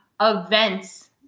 events